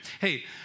Hey